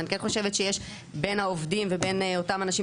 ואני כן חושבת שיש בין העובדים ובין אותם אנשים